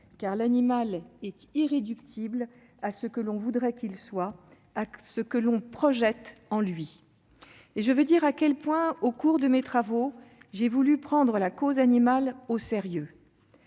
car l'animal est irréductible à ce que l'on voudrait qu'il soit et à ce que l'on projette en lui. Et je veux dire à quel point, au cours de mes travaux, j'ai voulu prendre la cause animale au sérieux.